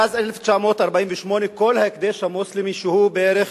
מאז 1948 כל ההקדש המוסלמי, שהוא בערך